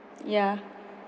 ya